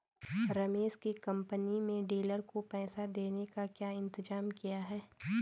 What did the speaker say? रमेश की कंपनी में डीलर को पैसा देने का क्या इंतजाम किया है?